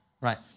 Right